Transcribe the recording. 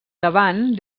davant